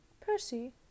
percy